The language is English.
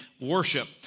worship